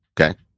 okay